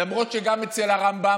למרות שגם אצל הרמב"ם,